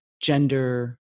gender